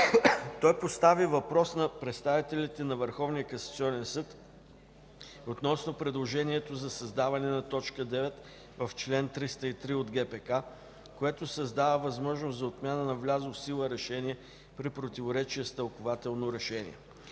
Той постави въпрос на представителите на Върховния касационен съд относно предложението за създаване на т. 9 в чл. 303 от ГПК, което създава възможност за отмяна на влязло в сила решение при противоречие с тълкувателно решение.